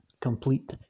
Complete